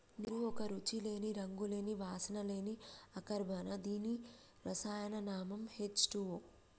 నీరు ఒక రుచి లేని, రంగు లేని, వాసన లేని అకర్బన దీని రసాయన నామం హెచ్ టూవో